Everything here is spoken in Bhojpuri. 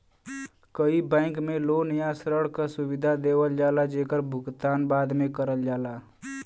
कई बैंक में लोन या ऋण क सुविधा देवल जाला जेकर भुगतान बाद में करल जाला